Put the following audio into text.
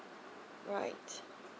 right